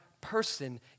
person